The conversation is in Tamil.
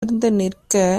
நிற்க